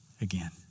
again